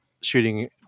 shooting